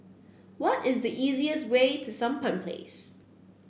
what is the easiest way to Sampan Place